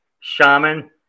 Shaman